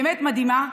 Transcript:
באמת מדהימה.